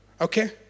okay